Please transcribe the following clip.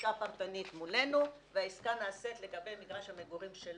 עסקה פרטנית מולנו והעסקה נעשית לגבי מגרש המגורים שלו,